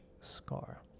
scar